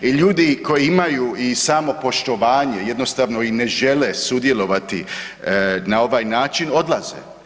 Ljudi koji imaju i samopoštovanje jednostavno i ne žele sudjelovati na ovaj način, odlaze.